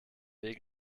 weg